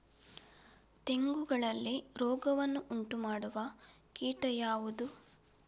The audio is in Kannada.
ತೆಂಗುಗಳಲ್ಲಿ ರೋಗವನ್ನು ಉಂಟುಮಾಡುವ ಕೀಟ ಯಾವುದು?